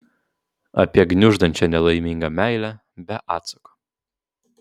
apie gniuždančią nelaimingą meilę be atsako